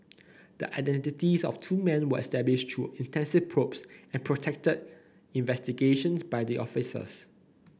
the identities of two men were established through intensive probes and protracted investigations by the officers